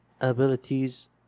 abilities